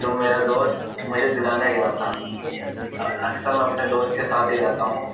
تو میرا دوست مجھے دلانے گیا تھا اکثر میں اپنے دوست کے ساتھ ہی جاتا ہوں